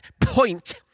point